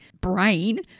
brain